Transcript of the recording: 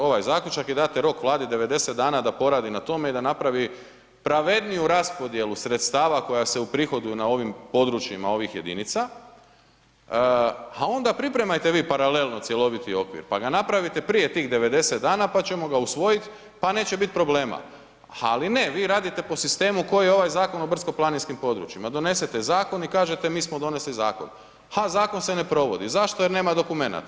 Ovaj Zaključak i date rok Vladi 90 dana da poradi na tome i da napravi pravedniju raspodjelu sredstava koja se uprihoduju na ovim područjima ovih jedinica, a onda pripremajte vi paralelno cjeloviti okvir, pa ga napravite prije tih 90 dana pa ćemo ga usvojit pa neće bit problema, ali ne, vi radite po sistemu kao i ovaj Zakon o brdsko-planinskim područjima, donesete Zakon i kažete mi smo donesli Zakon, a Zakon se ne provodi, zašto?, jer nema dokumenata.